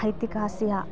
ಐತಿಕಹಾಸಿಯ